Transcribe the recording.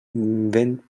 vent